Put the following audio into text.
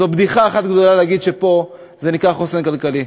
וזו בדיחה אחת גדולה להגיד שפה זה נקרא חוסן כלכלי.